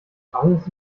alles